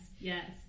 yes